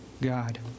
God